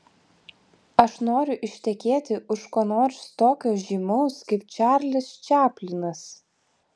aš noriu ištekėti už ko nors tokio žymaus kaip čarlis čaplinas